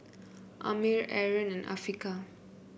Ammir Aaron and Afiqah